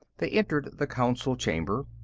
they entered the council chamber.